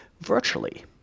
virtually